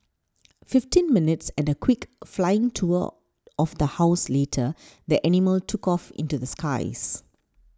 fifteen minutes and a quick flying tour of the house later the animal took off into the skies